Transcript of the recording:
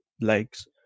legs